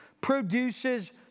produces